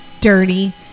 dirty